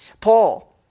Paul